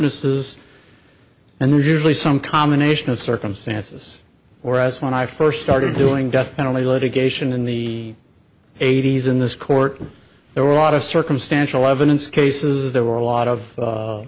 witnesses and there's usually some combination of circumstances whereas when i first started doing death penalty litigation in the eighty's in this court there were a lot of circumstantial evidence cases there were a lot of